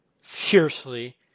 fiercely